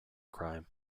crime